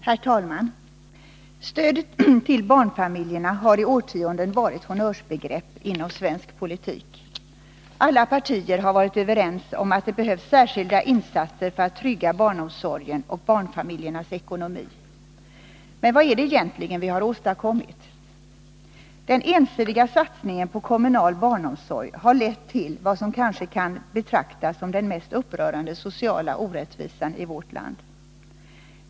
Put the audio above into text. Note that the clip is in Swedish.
Herr talman! Stödet till barnfamiljerna har i årtionden varit honnörsbegrepp inom svensk politik. Alla partier har varit överens om att det behövs särskilda insatser för att trygga barnomsorgen och barnfamiljernas ekonomi. Men vad är det egentligen som vi har åstadkommit? Den ensidiga satsningen på kommunal barnomsorg har lett till vad som kanske kan betraktas som den mest upprörande sociala orättvisan i vårt land.